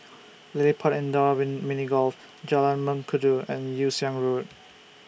LilliPutt Indoor Mini Golf Jalan Mengkudu and Yew Siang Road